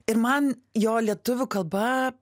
ir man jo lietuvių kalba